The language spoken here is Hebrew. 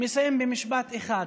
מסיים במשפט אחד: